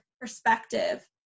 perspective